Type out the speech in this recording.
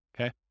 okay